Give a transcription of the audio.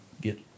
get